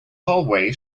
hallway